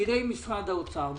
פקידי משרד האוצר,